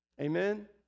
Amen